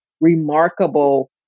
Remarkable